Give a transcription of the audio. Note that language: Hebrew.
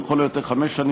ולכן צריך לפגוע בכל מה שזז,